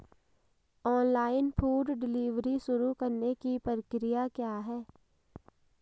Online food delivery शुरू करने की प्रक्रिया क्या है?